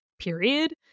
period